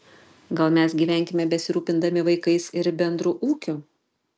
gal mes gyvenkime besirūpindami vaikais ir bendru ūkiu